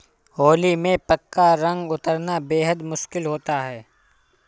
होली में पक्का रंग उतरना बेहद मुश्किल होता है